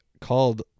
called